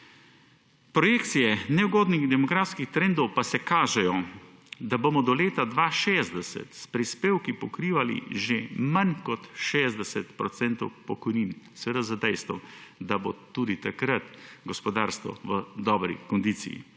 Projekcije neugodnih demografskih trendov pa se kažejo, da bomo do leta 2060 s prispevki pokrivali že manj kot 60 % pokojnin, seveda za dejstev, da bo tudi takrat gospodarstvo v dobri kondiciji.